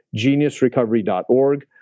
GeniusRecovery.org